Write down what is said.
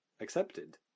accepted